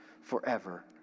forever